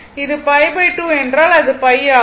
இது π2 என்றால் அது π ஆகும்